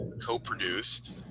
co-produced